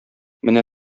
менә